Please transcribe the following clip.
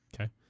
Okay